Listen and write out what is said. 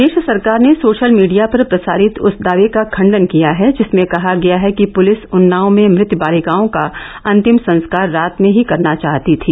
प्रदेश सरकार ने social media पर प्रसारित उस दावे का खंडन किया है जिसमें कहा गया है कि पुलिस उन्नाव में मृत बालिकाओं का अंतिम संस्कार रात में ही करना चाहती थी